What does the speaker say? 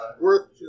worth